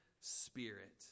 Spirit